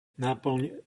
náplň